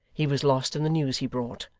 he was lost in the news he brought.